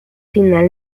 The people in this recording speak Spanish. final